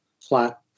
flat